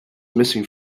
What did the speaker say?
missing